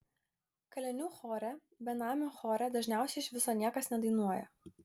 kalinių chore benamių chore dažniausiai iš viso niekas nedainuoja